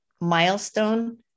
milestone